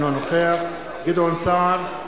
אינו נוכח גדעון סער,